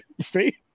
See